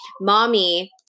mommy